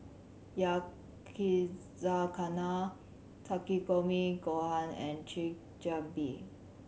Yakizakana Takikomi Gohan and Chigenabe